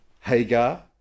Hagar